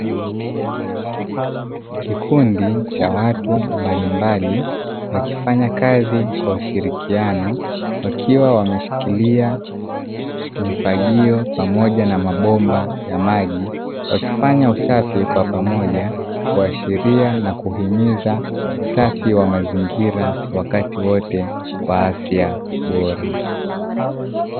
Kikundi cha watu mbalimbali wakifanya kazi kwa ushirikiano wakiwa wameshika mifagio pamoja mabomba ya maji, wakifanya usafi kwa pamoja kuashiria na kuhimiza usafi wa mazingira wakati wote kwa afya bora.